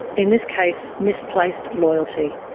in this case misplaced loyalty,